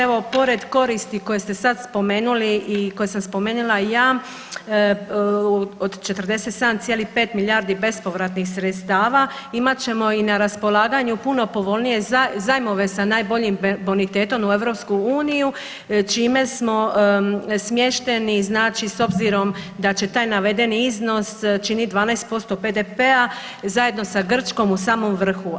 Evo pored koristi koje ste sad spomenuli i koje sam spomenula ja od 47,5 milijardi bespovratnih sredstava imat ćemo i na raspolaganju puno povoljnije zajmove sa najboljim bonitetom u EU čime smo smješteni, znači s obzirom da će taj navedeni iznos činiti 12% BDP-a zajedno sa Grčkom u samom vrhu.